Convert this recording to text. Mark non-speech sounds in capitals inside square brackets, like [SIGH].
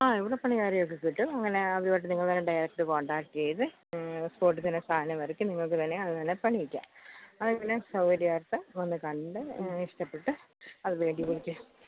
ആ ഇവിടെ പണിക്കാരെ ഒക്കെ കിട്ടും ആ അങ്ങനെ അവരുമായിട്ട് നിങ്ങൾ ഡയറക്റ്റ് കോൺടാക്ട് ചെയ്ത് സ്പോട്ടിൽ തന്നെ സാധനം ഇറക്കി നിങ്ങൾക്ക് തന്നെ പണിയിക്കാം അതിനും സൗകര്യമായിട്ട് വന്ന് കണ്ട് ഇഷ്ടപ്പെട്ട അത് വേണ്ടി [UNINTELLIGIBLE]